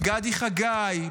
גדי חגי,